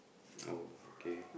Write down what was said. oh okay